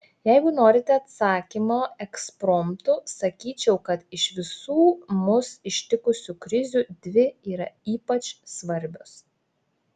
jeigu norite atsakymo ekspromtu sakyčiau kad iš visų mus ištikusių krizių dvi yra ypač svarbios